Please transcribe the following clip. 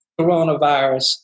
coronavirus